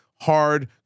hard